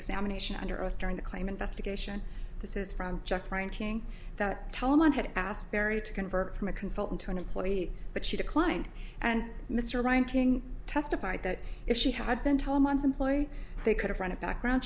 examination under oath during the claim investigation this is from just printing that telemann had asked barry to convert from a consultant to an employee but she declined and mr ranking testified that if she had been told months employee they could have run a background